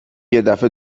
یدفعه